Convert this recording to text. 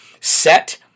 set